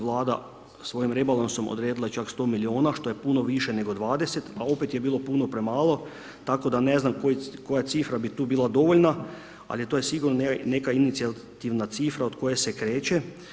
Vlada svojim rebalansom odredila čak 100 milijuna što je puno više nego 20 a opet je bilo puno premalo tako da ne znam koja cifra bi tu bila dovoljna ali to je sigurno neka inicijativna cifra od koje se kreće.